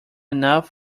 enough